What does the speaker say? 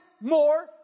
more